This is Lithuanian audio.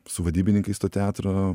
su vadybininkais to teatro